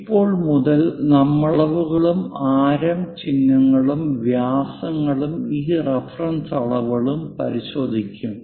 ഇപ്പോൾ മുതൽ നമ്മൾ അളവുകളും ആരം ചിഹ്നങ്ങളും വ്യാസങ്ങളും ഈ റഫറൻസ് അളവുകളും പരിശോധിക്കും